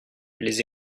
les